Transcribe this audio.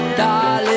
darling